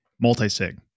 multi-sig